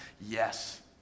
Yes